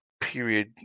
period